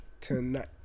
Tonight